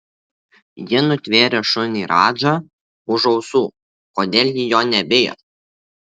ji nutvėrė šunį radžą už ausų kodėl ji jo nebijo